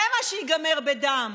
זה מה שייגמר בדם.